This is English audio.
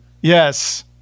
Yes